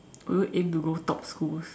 will you aim to go top schools